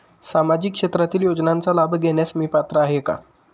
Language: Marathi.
सामाजिक क्षेत्रातील योजनांचा लाभ घेण्यास मी पात्र आहे का?